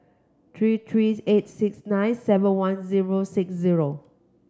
three three eight six nine seven one zero six zero